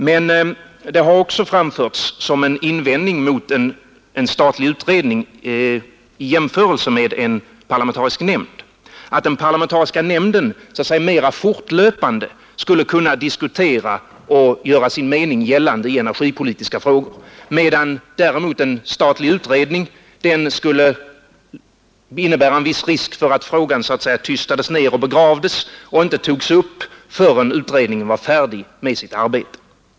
Men det har också framförts som en invändning mot en statlig utredning i jämförelse med en parlamentarisk nämnd att nämnden mera fortlöpande skulle kunna diskutera och göra sin mening gällande i energipolitiska frågor, medan däremot en statlig utredning skulle innebära viss risk för att frågan så att säga tystades ned och begravdes och inte togs upp igen förrän utredningen var färdig med sitt arbete.